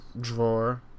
drawer